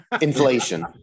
Inflation